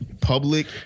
public